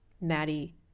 Maddie